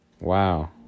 Wow